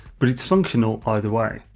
but it's functional either way.